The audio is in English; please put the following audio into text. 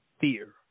fear